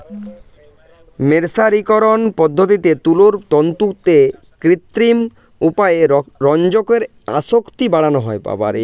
মের্সারিকরন পদ্ধতিতে তুলোর তন্তুতে কৃত্রিম উপায়ে রঞ্জকের আসক্তি বাড়ানো হয়